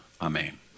Amen